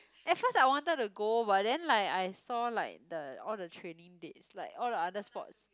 at first I wanted to go but then like I saw like the all the training dates like all the other sports